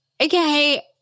Okay